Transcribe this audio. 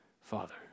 Father